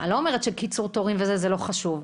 אני לא אומרת שקיצור תורים זה לא חשוב.